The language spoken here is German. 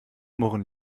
murren